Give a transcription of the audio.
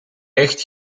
echt